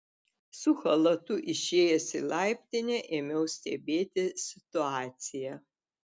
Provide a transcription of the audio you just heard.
su chalatu išėjęs į laiptinę ėmiau stebėti situaciją